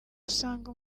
usanga